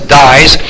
dies